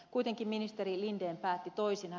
kuitenkin ministeri linden päätti toisin